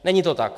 Není to tak.